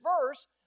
verse